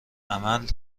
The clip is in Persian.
عمل